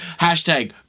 Hashtag